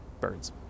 birds